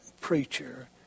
preacher